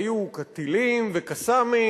היו טילים ו"קסאמים"